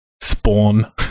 Spawn